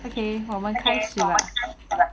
okay 好吧开 smart